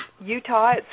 Utah